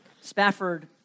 Spafford